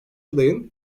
adayın